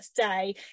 today